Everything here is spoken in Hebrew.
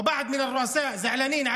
על המוחלשים.